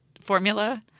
formula